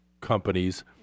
companies